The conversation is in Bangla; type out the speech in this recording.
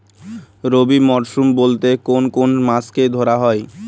রবি মরশুম বলতে কোন কোন মাসকে ধরা হয়?